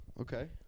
Okay